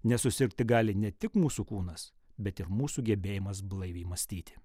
nesusirgti gali ne tik mūsų kūnas bet ir mūsų gebėjimas blaiviai mąstyti